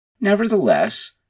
Nevertheless